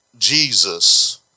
Jesus